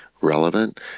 relevant